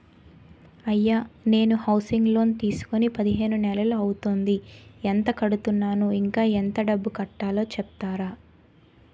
అయ్యా నేను housing loan తీసుకొని పదిహేను నెలలు అవుతోందిఎంత కడుతున్నాను, ఇంకా ఎంత డబ్బు కట్టలో చెప్తారా?